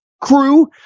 crew